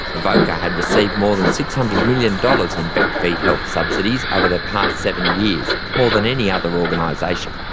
evocca had received more than six hundred million dollars in vet fee-help subsidies over the past seven years, more than any other organisation.